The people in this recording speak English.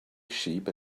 sheep